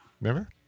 Remember